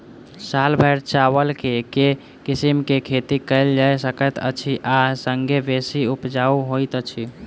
साल भैर चावल केँ के किसिम केँ खेती कैल जाय सकैत अछि आ संगे बेसी उपजाउ होइत अछि?